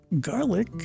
Garlic